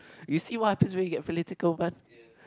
you see what happens when we get political man